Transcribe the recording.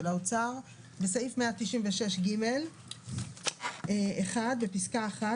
האוצר: "בסעיף 196(ג) (א) בפסקה (1),